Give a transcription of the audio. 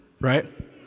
right